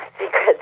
secret